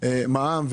מע"מ?